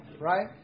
right